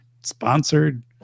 sponsored